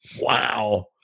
Wow